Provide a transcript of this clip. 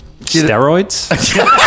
steroids